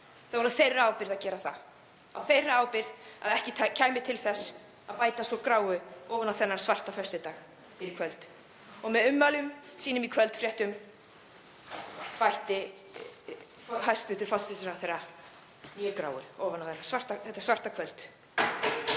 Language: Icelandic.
Það var á þeirra ábyrgð að gera það, á þeirra ábyrgð að ekki kæmi til þess að bæta svo gráu ofan á þennan svarta föstudag í kvöld. Með ummælum sínum í kvöldfréttum bætti hæstv. forsætisráðherra gráu ofan á þetta svarta kvöld